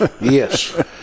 Yes